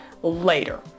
later